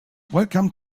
welcome